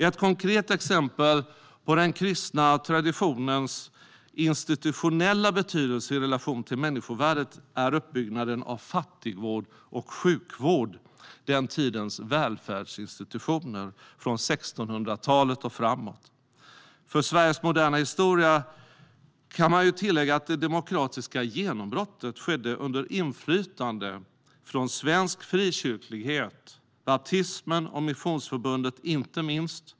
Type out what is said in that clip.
Ett konkret exempel på den kristna traditionens institutionella betydelse i relation till människovärdet är uppbyggnaden av fattigvård och sjukvård - den tidens välfärdsinstitutioner - från 1600-talet och framåt. För Sveriges moderna historia kan man tillägga att det demokratiska genombrottet skedde under inflytande från svensk frikyrklighet, inte minst baptismen och missionsförbundet.